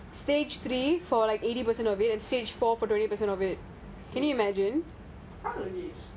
can you imagine